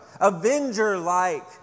avenger-like